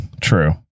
True